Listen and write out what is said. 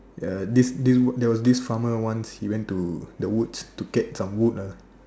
uh this this there was this farmer once he went to the woods to get some wood ah